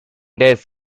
days